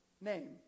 name